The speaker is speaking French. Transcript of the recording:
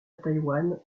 taïwan